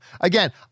Again